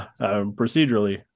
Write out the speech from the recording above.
procedurally